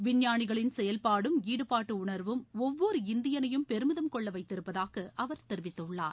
விஞ்ஞானிகளின் செயல்பாடும் ஈடுபாட்டு உணர்வும் ஒவ்வொரு இந்தியனையும் பெருமிதம் கொள்ள வைத்திருப்பதாக அவர் தெரிவித்துள்ளார்